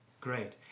great